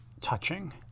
touching